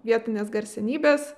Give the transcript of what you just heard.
vietinės garsenybės